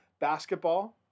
Basketball